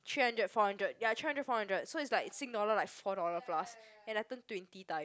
three hundred four hundred ya three hundred four hundred so it's like sing dollar like four dollar plus and I turned twenty times